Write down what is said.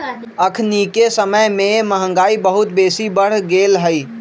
अखनिके समय में महंगाई बहुत बेशी बढ़ गेल हइ